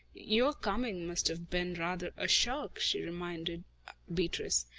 your coming must have been rather a shock, she reminded beatrice.